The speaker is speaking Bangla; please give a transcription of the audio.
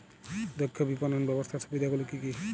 দক্ষ বিপণন ব্যবস্থার সুবিধাগুলি কি কি?